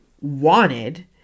wanted